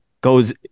goes